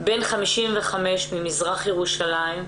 בן 55 ממזרח ירושלים.